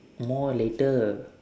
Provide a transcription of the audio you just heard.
more later